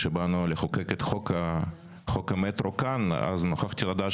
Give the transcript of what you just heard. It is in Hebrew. כשבאנו לחוקק את חוק המטרו כאן אז נוכחתי לדעת